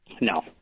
No